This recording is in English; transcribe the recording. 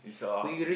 is a lot